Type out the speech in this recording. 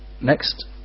next